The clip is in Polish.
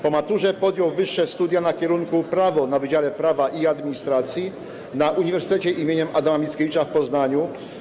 Po maturze podjął wyższe studia na kierunku prawo na Wydziale Prawa i Administracji na Uniwersytecie im. Adama Mickiewicza w Poznaniu.